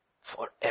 forever